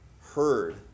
heard